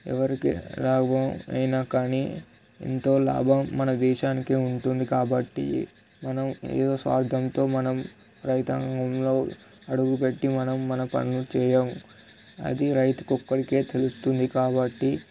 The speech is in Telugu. ఎవరికి లాభం అయినా కానీ ఎంతో లాభం మన దేశానికి ఉంటుంది కాబట్టి మనం ఏదో స్వార్థంతో మనం రైతాంగంలో అడుగుపెట్టి మనం మన పనులు చేయము అది రైతుకి ఒక్కడికే తెలుస్తుంది కాబట్టి